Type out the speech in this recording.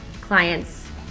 clients